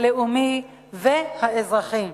הלאומי והאזרחי.